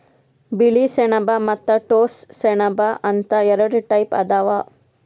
ಬಿಳಿ ಸೆಣಬ ಮತ್ತ್ ಟೋಸ್ಸ ಸೆಣಬ ಅಂತ್ ಎರಡ ಟೈಪ್ ಅದಾವ್